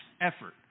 effort